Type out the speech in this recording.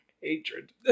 hatred